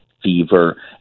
fever